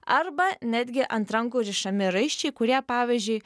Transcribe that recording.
arba netgi ant rankų rišami raiščiai kurie pavyzdžiui